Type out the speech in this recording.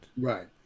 Right